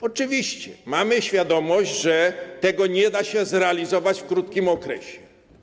Oczywiście mamy świadomość, że tego nie da się zrealizować w krótkim okresie.